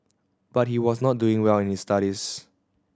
but he was not doing well in his studies